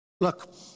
Look